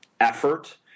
effort